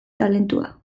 talentua